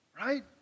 right